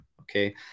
okay